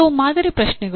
ಕೆಲವು ಮಾದರಿ ಪ್ರಶ್ನೆಗಳು